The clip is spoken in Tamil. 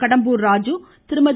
கடம்பூர்ராஜு திருமதி